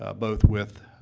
ah both with,